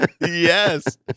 Yes